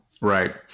Right